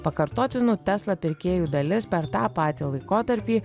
pakartotinų tesla pirkėjų dalis per tą patį laikotarpį